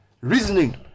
reasoning